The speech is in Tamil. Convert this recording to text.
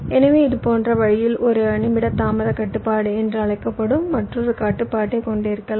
எனவே இதேபோன்ற வழியில் ஒரு நிமிட தாமதக் கட்டுப்பாடு என்று அழைக்கப்படும் மற்றொரு கட்டுப்பாட்டைக் கொண்டிருக்கலாம்